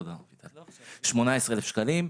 18,000 שקלים,